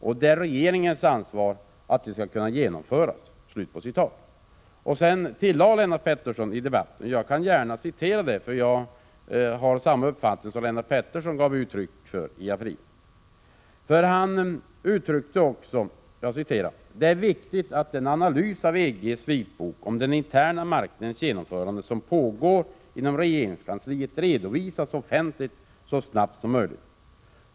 Och det är regeringens ansvar att detta skall kunna genomföras.” Lennart Pettersson tillade i debatten, och jag kan gärna citera det eftersom jag har samma uppfattning som den Lennart Pettersson gav uttryck för i april: ”Det är därför viktigt att den analys av EG:s vitbok om den interna marknadens genomförande som pågår inom regeringskansliet redovisas offentligt så snabbt som möjligt.